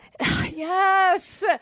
Yes